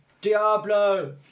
Diablo